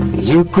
zero